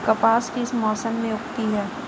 कपास किस मौसम में उगती है?